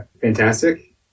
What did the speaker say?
fantastic